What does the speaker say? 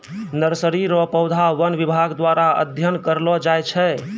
nursery रो पौधा वन विभाग द्वारा अध्ययन करलो जाय छै